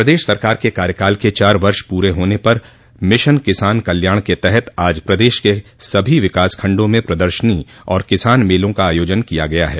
प्रदेश सरकार के कार्यकाल के चार वर्ष पूरे होने पर मिशन किसान कल्याण के तहत आज प्रदेश के सभी विकास खंडा में प्रदर्शनी और किसान मेलों का आयोजन किया गया है